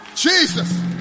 Jesus